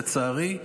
לצערי,